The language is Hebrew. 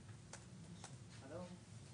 זה